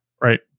right